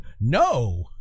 No